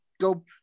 go